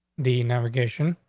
the navigation,